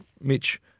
Mitch